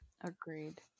agreed